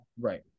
Right